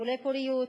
טיפולי פוריות,